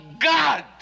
god